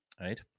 Right